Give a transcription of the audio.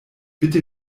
bitte